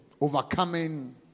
Overcoming